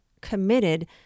committed